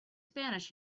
spanish